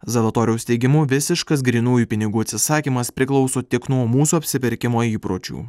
zalatoriaus teigimu visiškas grynųjų pinigų atsisakymas priklauso tik nuo mūsų apsipirkimo įpročių